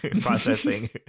processing